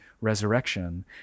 resurrection